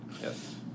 Yes